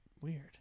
Weird